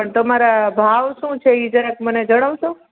પણ તમારા ભાવ શું છે એ જરાક મને જણાવશો